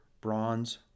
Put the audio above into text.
bronze